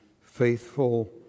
faithful